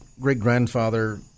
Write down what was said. great-grandfather